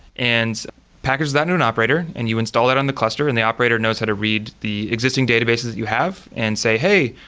and package that in an operator and you install that on the cluster and the operator knows how to read the existing databases that you have and say, hey,